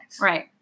right